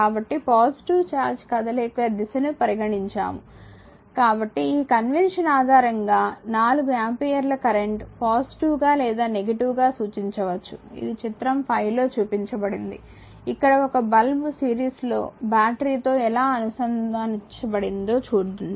కాబట్టి positive charge కదలిక యొక్క దిశను పరిగణించాము కాబట్టి ఈ కన్వెన్షన్ ఆధారంగా 4 ఆంపియర్ల కరెంట్ పాజిటివ్ గా లేదా నెగిటివ్ గా సూచించవచ్చు ఇది చిత్రం 5 లో చూపబడింది ఇక్కడ ఒక బల్బు సీరీస్ లో బ్యాటరీతో ఎలా అనుదాన్డాణించబడి ఉందో చూడండి